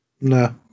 No